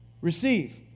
receive